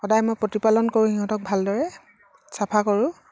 সদায় মই প্ৰতিপালন কৰোঁ সিহঁতক ভালদৰে চাফা কৰোঁ